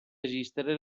esistere